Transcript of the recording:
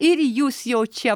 ir jūs jau čia